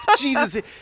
Jesus